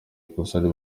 ikosa